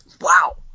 Wow